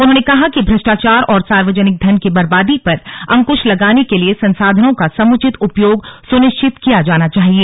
उन्होंने कहा कि भ्रष्टाचार और सार्वजनिक धन की बर्बादी पर अंकृश लगाने के लिए संसाधनों का समुचित उपयोग सुनिश्चित किया जाना चाहिए